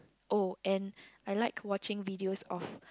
oh and I like watching videos of